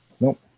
Nope